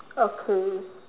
okay